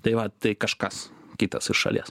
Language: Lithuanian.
tai va tai kažkas kitas iš šalies